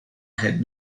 had